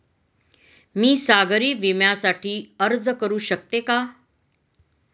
मी सागरी विम्यासाठी अर्ज करू शकते का?